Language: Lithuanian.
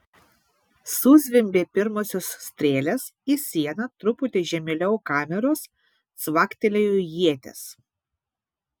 suzvimbė pirmosios strėlės į sieną truputį žemėliau kameros cvaktelėjo ietis